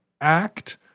act